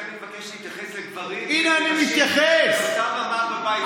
לכן אני מבקש להתייחס לגברים ולנשים באותה רמה בבית הזה.